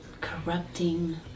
corrupting